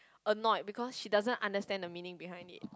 annoyed because she doesn't understand the meaning behind it